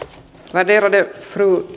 värderade fru